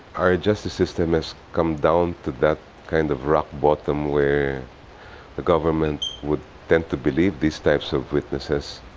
our justice system has come down to that kind of rock bottom where the government would tend to believe these types of witnesses,